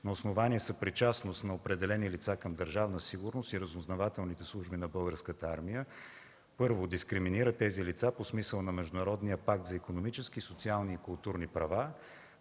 на основание съпричастност на определени лица към „Държавна сигурност” и разузнавателните служби на Българската армия, първо, дискриминира тези лица по смисъла на Международния пакт за икономически, социални и културни права;